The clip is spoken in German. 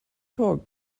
tor